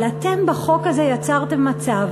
אבל אתם בחוק הזה יצרתם מצב